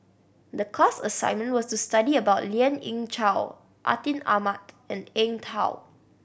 the class assignment was to study about Lien Ying Chow Atin Amat and Eng Tow